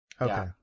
Okay